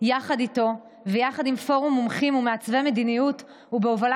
יחד איתו ויחד עם פורום מומחים ומעצבי מדיניות ובהובלה